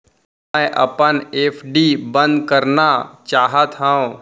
मै अपन एफ.डी बंद करना चाहात हव